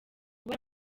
kuba